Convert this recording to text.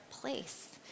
place